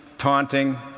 taunting.